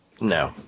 No